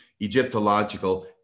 egyptological